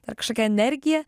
dar kažkokia energija